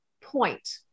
point